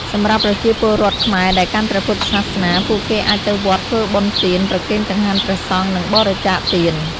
សម្រាប់ប្រជាពលរដ្ឋខ្មែរដែលកាន់ព្រះពុទ្ធសាសនា ពួកគេអាចទៅវត្តធ្វើបុណ្យទាន ប្រគេនចង្ហាន់ព្រះសង្ឃ និងបរិច្ចាគទាន។